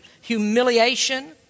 humiliation